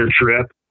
trip